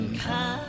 come